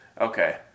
okay